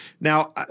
Now